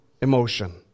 emotion